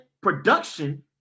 production